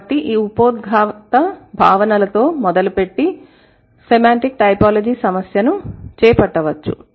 కాబట్టి ఈ ఉపోద్ఘాత భావనలతో మొదలుపెట్టి సెమాంటిక్ టైపోలాజీ సమస్యను చేపట్టవచ్చు